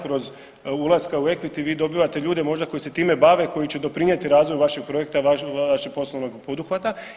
Kroz ulaske u equity vi dobivate ljude možda koji se time bave, koji će doprinijeti razvoju vašeg projekta, vašeg poslovnog poduhvata.